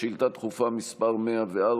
לשאילתה דחופה מס' 104,